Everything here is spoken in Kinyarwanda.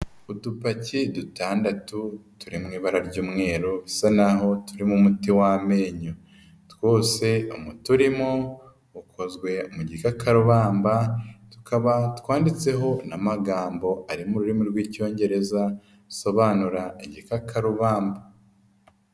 Udupaki dutandatu turi mu ibara ry'umweru bisa n'aho turimo umuti w'amenyo, twose umuti urimo ukozwe mu gikakarubamba, tukaba twanditseho n'amagambo ari mu rurimi rw'Icyongereza, asobanura igikakarubamba.